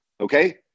Okay